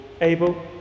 Abel